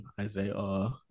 Isaiah